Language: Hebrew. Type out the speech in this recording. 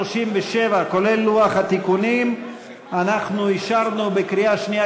את סעיפים 22 37 כולל לוח התיקונים אנחנו אישרנו בקריאה שנייה,